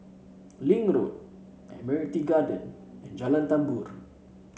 Link Road Admiralty Garden and Jalan Tambur